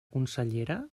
consellera